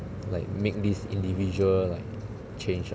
like make this individual like change ah